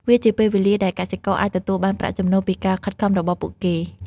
វាជាពេលវេលាដែលកសិករអាចទទួលបានប្រាក់ចំណូលពីការខិតខំរបស់ពួកគេ។